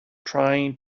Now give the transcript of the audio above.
trying